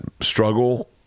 struggle